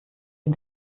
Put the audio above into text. dem